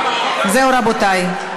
זהו, רבותי.